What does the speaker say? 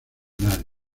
nadie